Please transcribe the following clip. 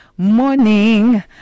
morning